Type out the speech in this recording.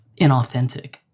inauthentic